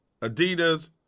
Adidas